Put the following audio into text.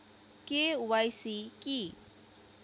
KYC কী?